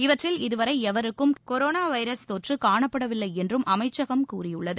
இவற்றில் இதுவரை எவருக்கும் கொரோனா வைரஸ் தொற்று காணப்படவில்லை என்றும் அமைச்சகம் கூறியுள்ளது